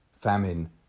famine